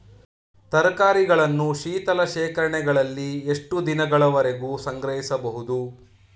ತರಕಾರಿಗಳನ್ನು ಶೀತಲ ಶೇಖರಣೆಗಳಲ್ಲಿ ಎಷ್ಟು ದಿನಗಳವರೆಗೆ ಸಂಗ್ರಹಿಸಬಹುದು?